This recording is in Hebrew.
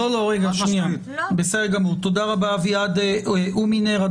תודה רבה, אביעד הומינר.